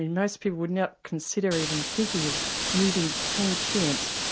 and most people would not consider even thinking of moving ten chimps.